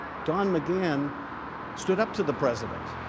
don mcgann set up to the president